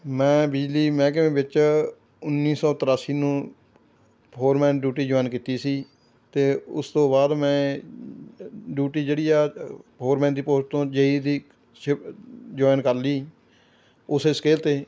ਮੈਂ ਬਿਜਲੀ ਮਹਿਕਮੇ ਵਿੱਚ ਉੱਨੀ ਸੌ ਤ੍ਰਿਆਸੀ ਨੂੰ ਫੋਰਮੈਨ ਡਿਊਟੀ ਜੁਆਈਨ ਕੀਤੀ ਸੀ ਅਤੇ ਉਸ ਤੋਂ ਬਾਅਦ ਮੈਂ ਡਿਊਟੀ ਜਿਹੜੀ ਹੈ ਫੋਰਮੈਨ ਦੀ ਪੋਸਟ ਤੋਂ ਜੇਈ ਦੀ ਸ਼ਿਫ ਜੁਆਈਨ ਕਰ ਲਈ ਉਸ ਸਕੇਲ 'ਤੇ